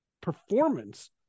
performance